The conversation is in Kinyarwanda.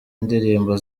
indirimbo